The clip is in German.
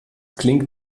klingt